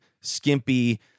skimpy